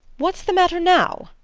what's the matter now?